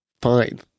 fine